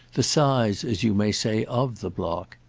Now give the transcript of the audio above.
the size, as you may say, of the block.